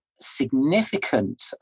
significant